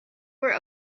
were